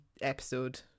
episode